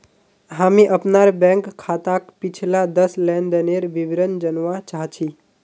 हामी अपनार बैंक खाताक पिछला दस लेनदनेर विवरण जनवा चाह छि